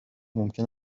ممکن